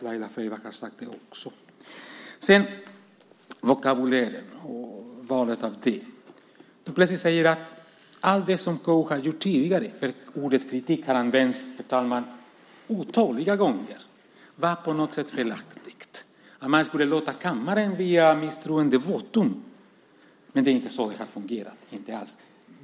Laila Freivalds har ju också sagt det. När det gäller valet av vokabulär säger du plötsligt om allt vad KU tidigare gjort att användningen av ordet "kritik" otaliga gånger på något sätt var felaktigt och att man skulle låta kammaren göra något via misstroendevotum. Men så har det inte alls fungerat.